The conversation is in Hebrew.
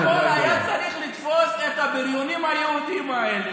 בסך הכול היה צריך לתפוס את הבריונים היהודים האלה,